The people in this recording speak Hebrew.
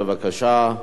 בבקשה.